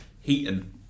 Heaton